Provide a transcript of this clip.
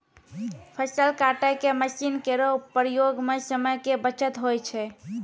फसल काटै के मसीन केरो प्रयोग सें समय के बचत होय छै